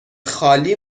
خالی